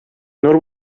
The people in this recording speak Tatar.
нур